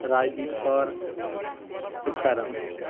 Rajdeep Kaur Sukha Ram